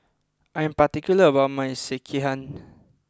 I am particular about my Sekihan